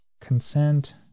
consent